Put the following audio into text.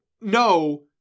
no